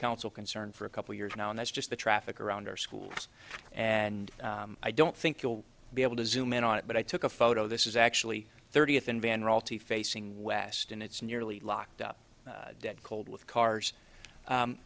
council concern for a couple of years now and that's just the traffic around our schools and i don't think you'll be able to zoom in on it but i took a photo this is actually thirtieth in van royalty facing west and it's nearly locked up dead cold with